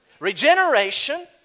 Regeneration